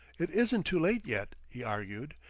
it isn't too late, yet, he argued.